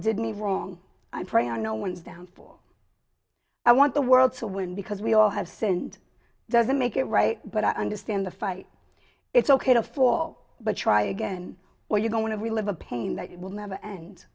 did me wrong i pray are no ones down for i want the world to win because we all have sinned doesn't make it right but i understand the fight it's ok to fall but try again or you're going to relive a pain that will never end